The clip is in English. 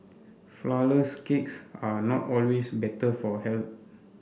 flourless cakes are not always better for